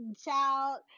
child